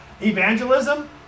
Evangelism